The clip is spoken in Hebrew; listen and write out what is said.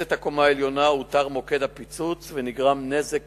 במרפסת הקומה העליונה אותר מוקד הפיצוץ, נגרם נזק